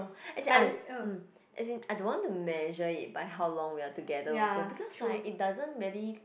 as in I mm as in I don't want to measure it by how long we are together also because like it doesn't really